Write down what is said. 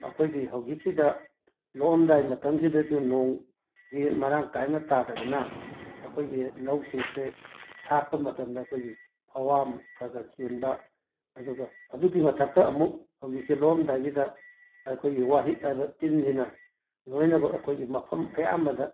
ꯑꯩꯈꯣꯏꯒꯤ ꯍꯧꯖꯤꯛꯁꯤꯗ ꯂꯣꯛꯑꯝꯗꯥꯏ ꯃꯇꯝꯁꯤꯗꯁꯨ ꯅꯣꯡꯁꯤ ꯃꯔꯥꯡ ꯀꯥꯏꯅ ꯇꯥꯗꯕꯅ ꯑꯩꯈꯣꯏꯒꯤ ꯂꯧꯁꯤꯡꯁꯦ ꯁꯥꯠꯄ ꯃꯇꯝꯗ ꯑꯩꯈꯣꯏꯒꯤ ꯐꯧꯍꯥꯝ ꯈꯔ ꯈꯔ ꯆꯦꯟꯕ ꯑꯗꯨꯒ ꯑꯗꯨꯒꯤ ꯃꯊꯛꯇ ꯑꯃꯨꯛ ꯍꯧꯖꯤꯛꯁꯦ ꯂꯣꯛꯑꯝꯗꯥꯏꯁꯤꯗ ꯑꯩꯈꯣꯏꯒꯤ ꯋꯥꯍꯤꯛ ꯍꯥꯏꯕ ꯇꯤꯟꯁꯤꯅ ꯂꯣꯏꯅꯃꯛ ꯑꯩꯈꯣꯏꯒꯤ ꯃꯐꯝ ꯑꯌꯥꯝꯕꯗ